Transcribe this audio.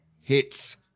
hits